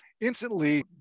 instantly